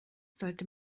sollte